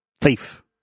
thief